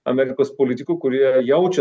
amerikos politikų kurie jaučia